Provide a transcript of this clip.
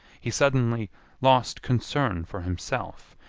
he suddenly lost concern for himself,